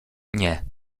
nie